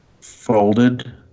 folded